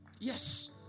Yes